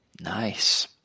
Nice